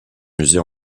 musées